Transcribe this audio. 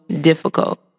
difficult